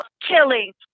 killing